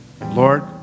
Lord